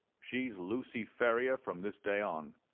she's lucy ferrier from this day on.